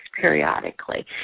periodically